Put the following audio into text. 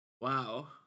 Wow